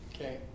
Okay